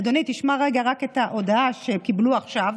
אדוני, תשמע רגע רק את ההודעה שקיבלו עכשיו: